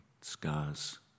scars